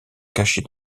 cachée